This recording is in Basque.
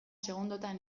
segundotan